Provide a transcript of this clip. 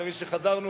אחרי שחזרנו,